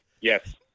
Yes